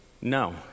no